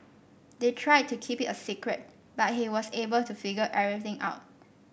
they tried to keep it a secret but he was able to figure everything out